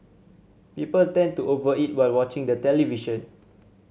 people tend to over eat while watching the television